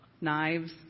knives